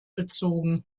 bezogen